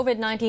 COVID-19